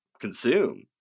consume